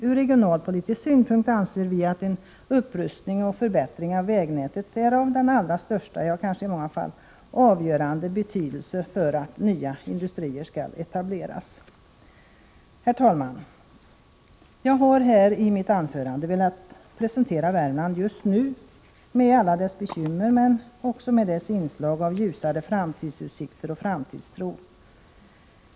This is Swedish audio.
Ur regionalpolitisk synpunkt anser vi att en upprustning och förbättring av vägnätet är av den allra största, ja, i många fall kanske av avgörande betydelse för att nya industrier skall etableras. Herr talman! Jag har här i mitt anförande velat presentera Värmland just nu, med alla dess bekymmer, men också med dess inslag av ljusare framtidsutsikter och framtidstro.